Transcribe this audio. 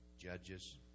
Judges